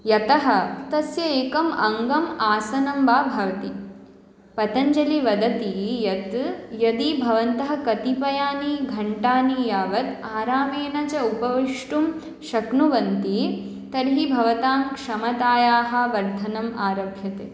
यतः तस्य एकम् अङ्गम् आसनं वा भवति पतञ्जलि वदति यत् यदि भवन्तः कतिपयानि घण्टानि यावत् आरामेन च उपविष्टुं शक्नुवन्ति तर्हि भवतां क्षमतायाः वर्धनम् आरभ्यते